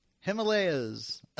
Himalayas